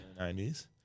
90s